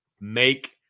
make